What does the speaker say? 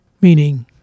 Meaning